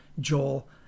Joel